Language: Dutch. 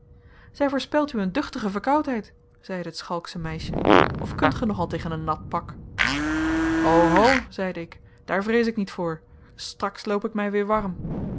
zij voorspelt u een duchtige verkoudheid zeide het schalksche meisje of kunt gij nogal tegen een nat pak o ho zeide ik daar vrees niet ik voor straks loop ik mij weer warm